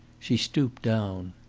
she stooped down.